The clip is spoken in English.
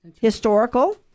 historical